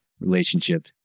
relationship